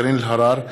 קארין אלהרר,